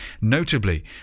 notably